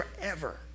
forever